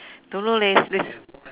don't know leh this